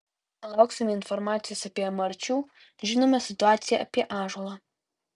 lauksime informacijos apie marčių žinome situaciją apie ąžuolą